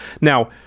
now